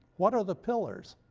what are the pillars?